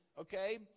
okay